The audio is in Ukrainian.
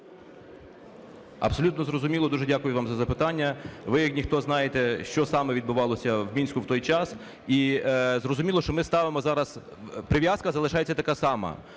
Абсолютно зрозуміло. Дуже дякую вам за запитання. Ви як ніхто знаєте, що саме відбувалося в Мінську в той час. І зрозуміло, що ми ставимо зараз… Прив'язка залишається така сама.